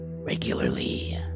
...regularly